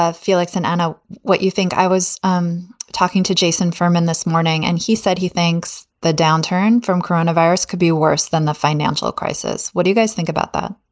ah felix, and i know what you think. i was um talking to jason furman this morning and he said he thinks the downturn from coronavirus could be worse than the financial crisis. what do you guys think about that?